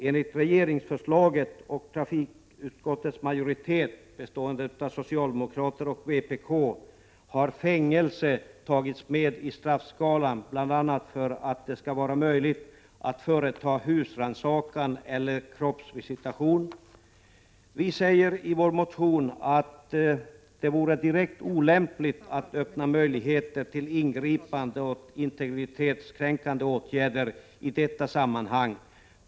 Enligt regeringsförslaget och enligt trafikutskottets majoritet, bestående av socialdemokrater och vpk, har fängelse tagits med i straffskalan, bl.a. för att det skall vara möjligt att företa husrannsakan eller kroppsvisitation. Vi säger i vår motion att det vore direkt olämpligt att öppna möjligheter till så ingripande och integritetskränkande åtgärder i detta sammanhang.